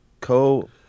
co